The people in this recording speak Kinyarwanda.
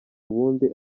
ubundi